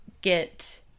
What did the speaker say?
get